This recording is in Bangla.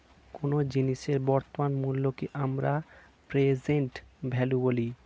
কোনো জিনিসের বর্তমান মূল্যকে আমরা প্রেসেন্ট ভ্যালু বলি